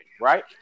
right